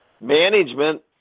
Management